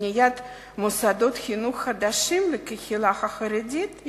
לבניית מוסדות חינוך חדשים לקהילה החרדית,